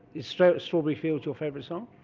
is strawberry strawberry fields your favourite song?